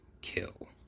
Kill